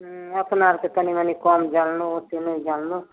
हुँ अपना आओरके कनि मनि कम जानलहुँ ओतेक नहि जानलहुँ